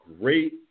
great